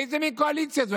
איזה מין קואליציה זו?